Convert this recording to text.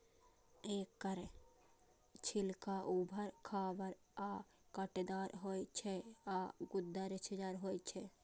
एकर छिलका उबर खाबड़ आ कांटेदार होइ छै आ गूदा रेशेदार होइ छै